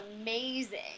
amazing